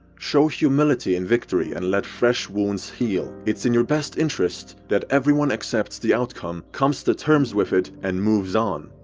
show humility in victory and let fresh wounds heal. it's in your best interest that everyone accepts the outcome, comes to terms with it and moves on.